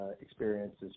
experiences